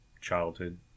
childhood